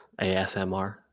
ASMR